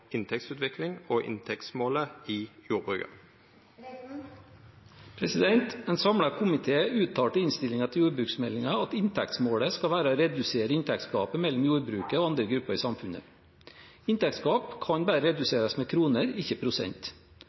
inntektsutvikling og inntektsmålet i jordbruket. En samlet komité uttalte i innstillingen til jordbruksmeldingen at «inntektsmålet skal være å redusere inntektsgapet mellom jordbruket og andre grupper i samfunnet». Inntektsgap kan bare reduseres med kroner, ikke